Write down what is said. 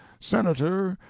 senator,